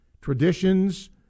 traditions